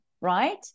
Right